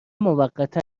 موقتا